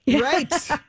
Right